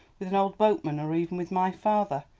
with an old boatman, or even with my father?